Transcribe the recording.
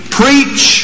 preach